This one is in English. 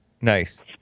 Nice